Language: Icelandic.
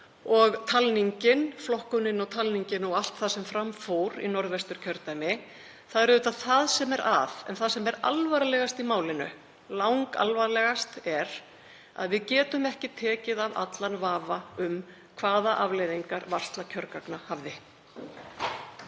formið, flokkunin og talningin og allt það sem fram fór í Norðvesturkjördæmi. Það er auðvitað það sem er að. En það sem er alvarlegast í málinu, langalvarlegast, er að við getum ekki tekið af allan vafa um hvaða afleiðingar varsla kjörgagna hafði.